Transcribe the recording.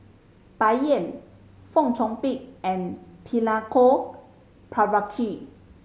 Bai Yan Fong Chong Pik and Milenko Prvacki